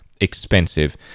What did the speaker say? expensive